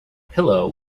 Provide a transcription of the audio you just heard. pillow